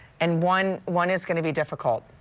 and one one is going to be difficult.